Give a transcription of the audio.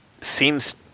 seems